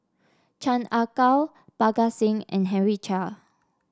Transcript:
Chan Ah Kow Parga Singh and Henry Chia